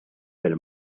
del